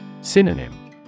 Synonym